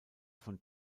von